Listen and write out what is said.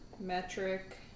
metric